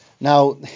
Now